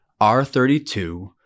R32